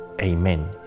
Amen